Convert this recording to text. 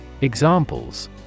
Examples